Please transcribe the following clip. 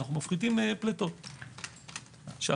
מה